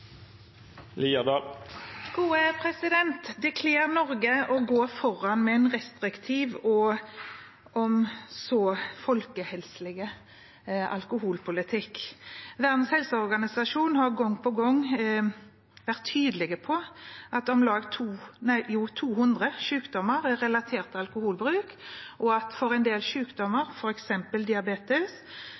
Norge å gå foran med en restriktiv og folkehelsevennlig alkoholpolitikk. Verdens helseorganisasjon har gang på gang vært tydelig på at om lag 200 sykdommer er relatert til alkoholbruk, og at det for en del sykdommer, f.eks. diabetes,